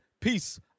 Peace